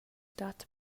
stat